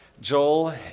Joel